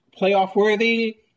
playoff-worthy